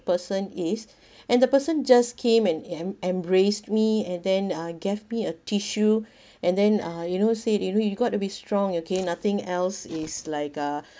person is and the person just came and em~ embrace me and then uh gave me a tissue and then uh you know say you know you got to be strong okay nothing else is like uh